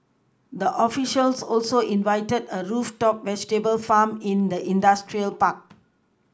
the officials also visited a rooftop vegetable farm in the industrial park